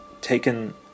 taken